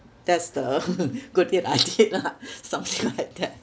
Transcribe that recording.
that's the good deed I did lah something like that